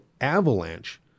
avalanche